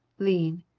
lean,